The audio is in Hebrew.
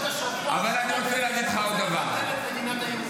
אבל אני רוצה להגיד לך עוד דבר: תראה,